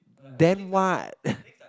damn what